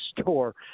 store